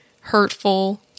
hurtful